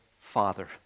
Father